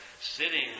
sitting